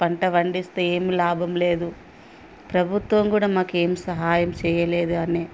పంట పండిస్తే ఏం లాభం లేదు ప్రభుత్వం కూడా మాకు ఏం సహాయం చెయ్యలేదు అనే